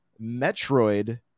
metroid